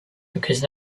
because